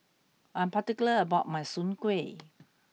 I'm particular about my Soon Kway